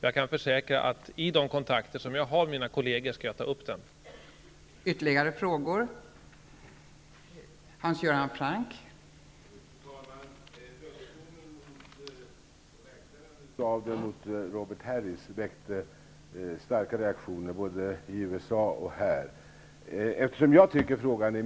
Jag kan försäkra att vid de kontakter som jag har med mina kolleger utomlands skall jag ta upp denna fråga.